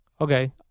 Okay